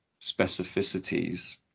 specificities